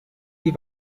die